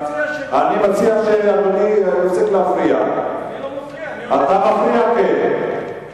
אני מציע, אני מציע שאדוני יפסיק להפריע.